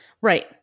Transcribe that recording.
Right